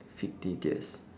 fictitious